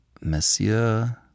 Monsieur